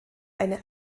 eine